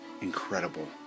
incredible